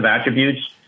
attributes